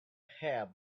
hand